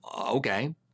okay